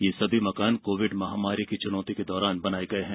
ये सभी मकान कोविड महामारी की चुनौती के दौरान बनाए गए हैं